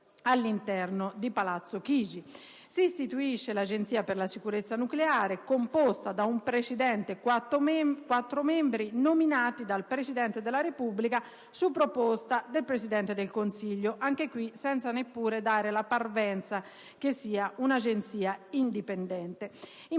all'interno di Palazzo Chigi. Si istituisce l'Agenzia per la sicurezza nucleare, composta da un presidente e da quattro membri nominati dal Presidente della Repubblica, su proposta del Presidente del Consiglio, anche in questo caso senza neppure dare la parvenza che sia un'Agenzia indipendente.